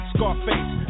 Scarface